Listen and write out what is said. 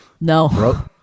no